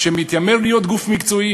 שמתיימר להיות גוף מקצועי,